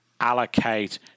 allocate